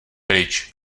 pryč